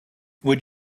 would